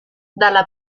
dalla